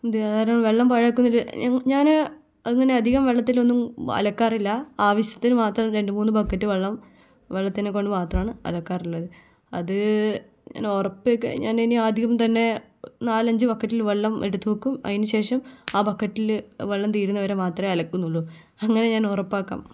വേറെ വെള്ളം പാഴാക്കുന്നത് ഞാൻ അങ്ങനെ അധികം വെള്ളത്തിലൊന്നും അലക്കാറില്ല ആവിശ്യത്തിന് മാത്രം രണ്ട് മൂന്ന് ബക്കറ്റ് വെള്ളം വെള്ളത്തിനെക്കൊണ്ട് മാത്രമാണ് അലക്കാറുള്ളത് അത് ഞാൻ ഉറപ്പായി കഴിഞ്ഞാൽ ഞാനിനി ആദ്യം തന്നെ നാലഞ്ച് ബക്കറ്റിൽ വെള്ളം എടുത്ത് വെക്കും അതിനു ശേഷം ആ ബക്കറ്റിൽ വെള്ളം തീരുന്നത് വരെ മാത്രമേ അലക്കുന്നുള്ളൂ അങ്ങനെ ഞാൻ ഉറപ്പാക്കാം